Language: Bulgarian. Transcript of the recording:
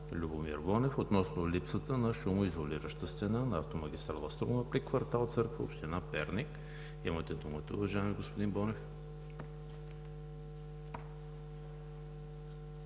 Любомир Бонев относно липсата на шумоизолираща стена на автомагистрала „Струма“ при квартал „Църква“ – община Перник. Имате думата, уважаеми господин Бонев.